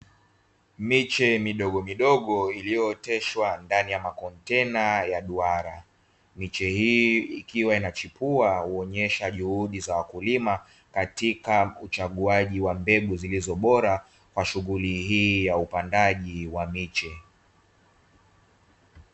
Miche midogomidogo iliyooteshwa ndani ya makontena ya duara, miche hii ikiwa inachipua huonyesha juhudi za wakulima katika uchaguaji wa mbegu zilizo bora kwa shughuli hii ya upandaji wa miche.